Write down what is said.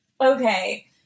okay